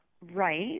right